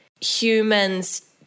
humans